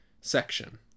Section